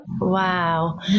Wow